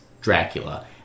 Dracula